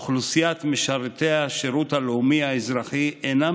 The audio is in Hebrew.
אוכלוסיית משרתי השירות הלאומי האזרחי אינם